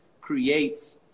creates